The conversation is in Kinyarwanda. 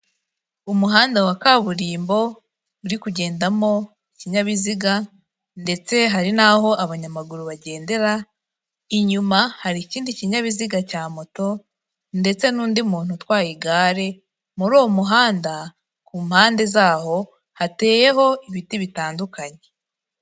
Umuhanda wa kaburimbo uri kugendamo ikinyabiziga ndetse hari n'aho abanyamaguru bagendera, inyuma hari ikindi kinyabiziga cya moto ndetse n'undi muntu utwaye igare, muri uwo muhanda ku mpande zaho hateyeho ibiti bitandukanye.